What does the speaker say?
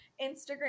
Instagram